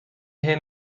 hyn